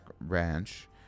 Ranch